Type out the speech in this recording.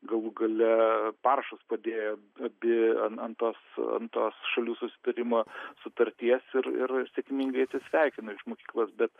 galų gale parašus padėjo abi an ant tos ant tos šalių susitarimo sutarties ir ir sėkmingai atsisveikino iš mokyklos bet